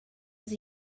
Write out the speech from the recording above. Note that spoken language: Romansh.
uss